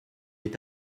est